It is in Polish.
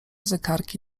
zegarki